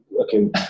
Okay